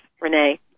Renee